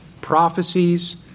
prophecies